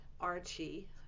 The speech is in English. archie